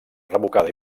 revocada